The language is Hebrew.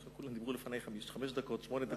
כולם לפני דיברו חמש דקות, שמונה דקות.